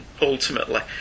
ultimately